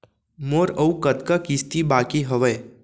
मोर अऊ कतका किसती बाकी हवय?